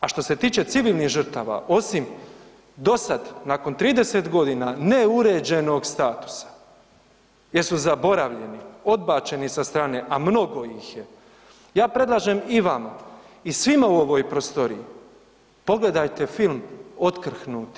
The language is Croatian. A što se tiče civilnih žrtava, osim dosad nakon 30 godina neuređenog statusa jer su zaboravljeni, odbačeni sa strane, a mnogo ih je, ja predlažem i vama i svima u ovoj prostoriji, pogledajte film Otkrhnuti.